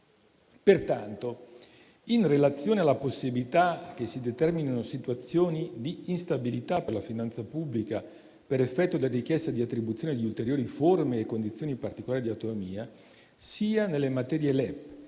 Pertanto, in relazione alla possibilità che si determinino situazioni di instabilità per la finanza pubblica per effetto della richiesta di attribuzione di ulteriori forme e condizioni particolari di autonomia, sia nelle materie LEP